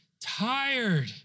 tired